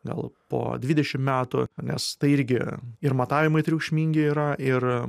gal po dvidešim metų nes tai irgi ir matavimai triukšmingi yra ir